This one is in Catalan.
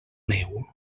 neu